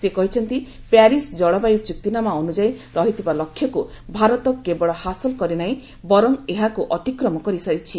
ସେ କହିଛନ୍ତି ପ୍ୟାରିସ୍ ଜଳବାୟୁ ଚୁକ୍ତିନାମା ଅନୁଯାୟୀ ରହିଥିବା ଲକ୍ଷ୍ୟକୁ ଭାରତ କେବଳ ହାସଲ କରିନାହିଁ ବର୍ଚ୍ଚ ଏହାକୁ ଅତିକ୍ରମ କରିସାରିଛି